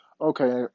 Okay